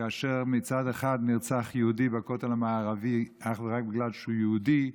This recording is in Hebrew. כאשר מצד אחד נרצח יהודי בכותל המערבי אך ורק בגלל שהוא יהודי,